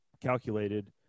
calculated